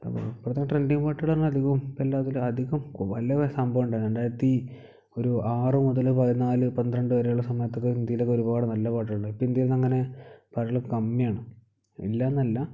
അപ്പം അപ്പോഴത്തെ ട്രെൻഡിങ് പാട്ടുകുകൾ അധികം ഇപ്പം എല്ലാത്തുലും അധികം വല്ല സംഭവം ഉണ്ടായി രണ്ടായിരത്തി ഒരു ആറ് മുതൽ പതിനാല് പന്ത്രണ്ട് വരെയുള്ള സമയത്തൊക്കെ ഹിന്ദിയിലൊക്കെ ഒരുപാട് നല്ല പാട്ടുകൾ ഉണ്ട് ഇപ്പം ഇന്ത്യയിൽ നിന്ന് അങ്ങനെ പാട്ടുകൾ കമ്മിയാണ് ഇല്ല എന്നല്ല